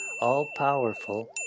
all-powerful